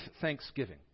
thanksgiving